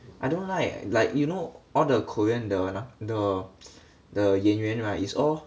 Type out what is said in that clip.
I don't like like you know all the korean the 那 the the 演员 right is all